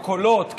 הקולות,